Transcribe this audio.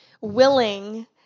willing